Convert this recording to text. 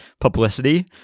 publicity